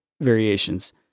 variations